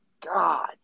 God